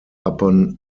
upon